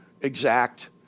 exact